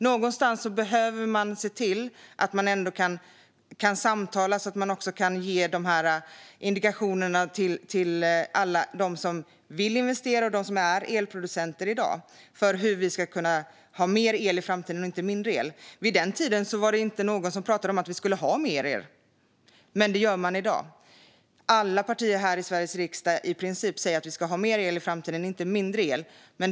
Någonstans behöver man se till att man ändå kan samtala så att man kan ge indikationerna till alla dem som vill investera och som är elproducenter i dag om hur vi ska kunna ha mer el i framtiden och inte mindre el. Vid den tiden var det inte någon som talade om att vi skulle ha mer el. Men det gör man i dag. I princip alla partier i Sveriges riksdag säger att vi ska ha mer el i framtiden och inte mindre el.